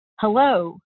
hello